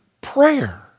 prayer